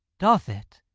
doth it?